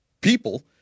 people